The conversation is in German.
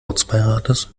ortsbeirates